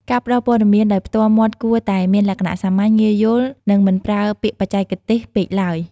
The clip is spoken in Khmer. ការផ្តល់ព័ត៌មានដោយផ្ទាល់មាត់គួរតែមានលក្ខណៈសាមញ្ញ ងាយយល់ និងមិនប្រើពាក្យបច្ចេកទេសពេកឡើយ។